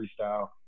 freestyle